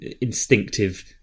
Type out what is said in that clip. instinctive